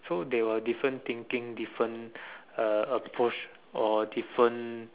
so they will different thinking different uh approach or different